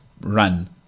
run